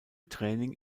training